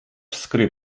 skry